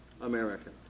American